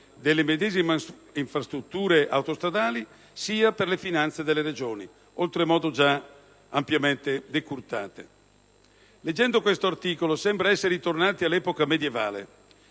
delle medesime infrastrutture autostradali che per le finanze delle Regioni, già ampiamente decurtate. Leggendo questo articolo sembra esser ritornati all'epoca medioevale,